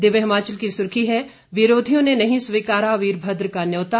दिव्य हिमाचल की सुर्खी है विरोधियों ने नहीं स्वीकारा वीरभद्र का न्योता